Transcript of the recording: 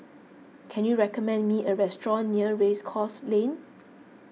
can you recommend me a restaurant near Race Course Lane